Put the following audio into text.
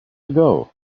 ago